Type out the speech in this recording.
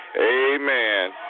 Amen